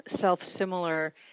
self-similar